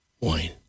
wine